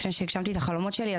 לפני שהגשמתי את החלומות שלי,